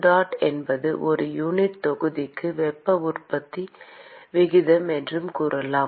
qdot என்பது ஒரு unit தொகுதிக்கு வெப்ப உற்பத்தி விகிதம் என்று கூறலாம்